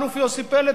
האלוף יוסי פלד?